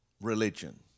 religion